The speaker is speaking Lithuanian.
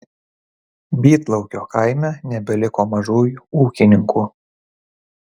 bytlaukio kaime nebeliko mažųjų ūkininkų